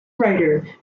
writer